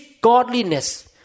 godliness